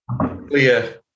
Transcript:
clear